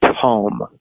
home